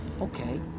okay